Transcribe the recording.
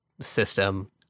system